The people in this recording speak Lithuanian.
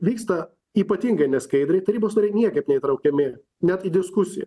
vyksta ypatingai neskaidriai tarybos nariai niekaip neįtraukiami net į diskusiją